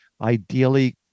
ideally